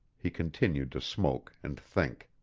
he continued to smoke and think.